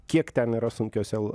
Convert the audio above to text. kiek ten yra sunkiuose